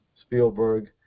Spielberg